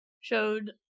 showed